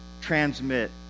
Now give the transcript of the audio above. transmit